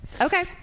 Okay